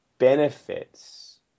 benefits